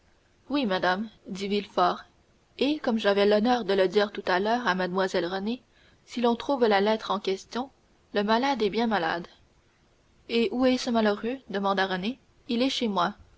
oui madame dit villefort et comme j'avais l'honneur de le dire tout à l'heure à mlle renée si l'on trouve la lettre en question le malade est bien malade et où est ce malheureux demanda renée il est chez moi